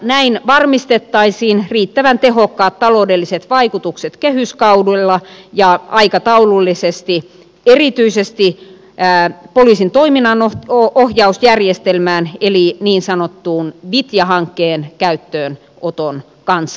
näin varmistettaisiin riittävän tehokkaat taloudelliset vaikutukset kehyskaudella ja aikataulullisesti erityisesti poliisin toiminnanohjausjärjestelmän eli niin sanotun vitja hankkeen käyttöönoton kanssa samanaikaisesti